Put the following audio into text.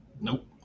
Nope